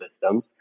systems